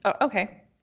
Okay